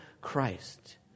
Christ